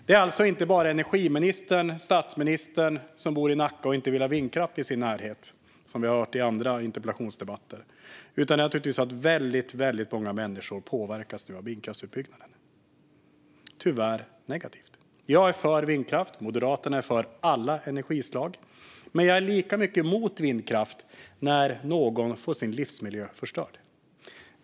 Det är alltså inte bara energiministern och statsministern, som bor i Nacka, som inte vill ha vindkraft i sin närhet, som vi har hört i andra interpellationsdebatter. Det är naturligtvis väldigt många människor som påverkas av vindkraftsutbyggnaden, tyvärr negativt. Jag är för vindkraft - Moderaterna är för alla energislag. Men jag är lika mycket emot vindkraft när någon får sin livsmiljö förstörd.